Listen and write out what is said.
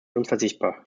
unverzichtbar